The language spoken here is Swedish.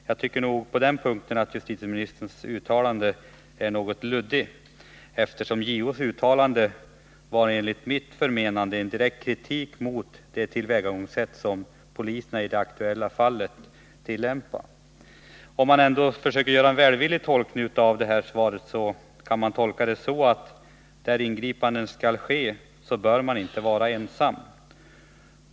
Jag tycker att justitieministerns svar på den punkten är något luddigt, eftersom JO:s uttalande enligt mitt förmenande var en direkt kritik mot polisernas tillvägagångssätt i det aktuella fallet. Om jag försöker göra en välvillig tolkning av svaret, tolkar jag det så, att där ingripande skall ske bör polisen inte vara ensam.